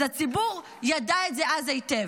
אז הציבור ידע את זה אז היטב.